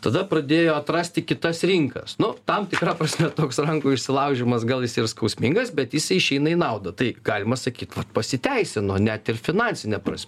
tada pradėjo atrasti kitas rinkas nu tam tikra prasme toks rankų išsilaužymas gal jis ir skausmingas bet jisai išeina į naudą tai galima sakyt pasiteisino net ir finansine prasme